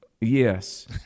Yes